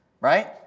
Right